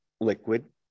liquid